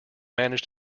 managed